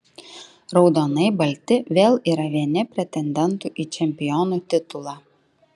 raudonai balti vėl yra vieni pretendentų į čempionų titulą